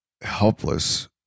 helpless